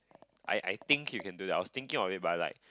I I think you can do that I was thinking of it but like